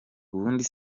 ubundi